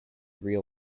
real